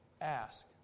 Ask